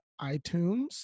itunes